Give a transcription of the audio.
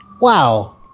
Wow